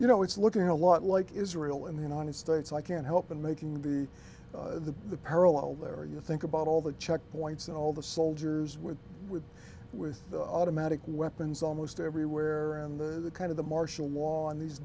you know it's looking a lot like israel in the united states i can't help in making the the parallel there are you think about all the checkpoints and all the soldiers with with with automatic weapons almost everywhere and the kind of the martial law in these